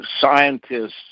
scientists